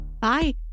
Bye